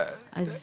אז,